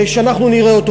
ושאנחנו נראה אותו,